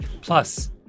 plus